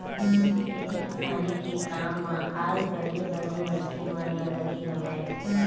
खेती किसानी के काम म आज बने बने मनखे मन ह लगे हवय